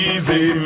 Easy